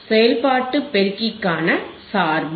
செயல்பாட்டு பெருக்கிக்கான சார்பு